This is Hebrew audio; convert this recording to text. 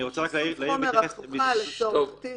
איסוף חומר הוכחה לצורך תיק.